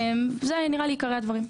נראה לי שאלה הם עיקרי הדברים.